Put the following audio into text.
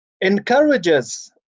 encourages